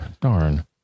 darn